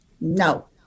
No